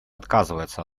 отказывается